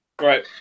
Right